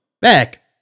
back